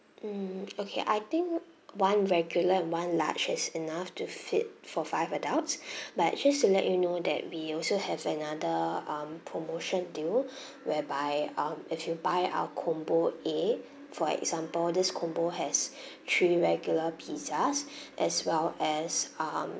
mm okay I think one regular and one large is enough to fit for five adults but just to let you know that we also have another um promotion deal whereby um if you buy our combo A for example this combo has three regular pizzas as well as um